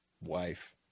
wife